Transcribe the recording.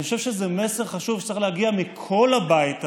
אני חושב שזה מסר חשוב שצריך להגיע מכל הבית הזה,